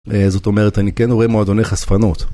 זאת אומרת, אני כן רואה מעודני חשפנות.